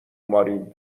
مارین